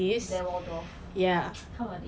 blair waldorf come on man